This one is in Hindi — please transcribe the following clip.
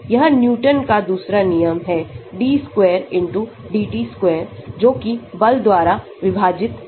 यह न्यूटन का दूसरा नियम है d square x dt square बल द्वारा विभाजित m